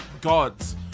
Gods